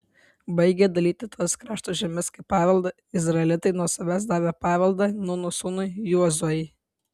baigę dalyti tas krašto žemes kaip paveldą izraelitai nuo savęs davė paveldą nūno sūnui jozuei